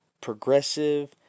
progressive